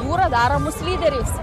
jūra daro mus lyderiais